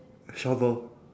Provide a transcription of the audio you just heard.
shovel